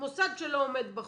מוסד שלא עומד בחוק,